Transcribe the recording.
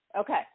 Okay